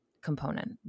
component